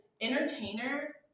entertainer